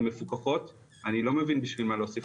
הן מפוקחות ואני לא מבין בשביל מה להוסיף